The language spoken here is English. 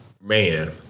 Man